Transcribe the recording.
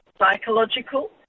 psychological